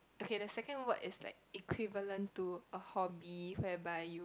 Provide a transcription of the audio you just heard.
okay the second word is like equivalent to a hobby whereby you